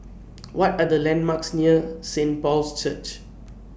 What Are The landmarks near Saint Paul's Church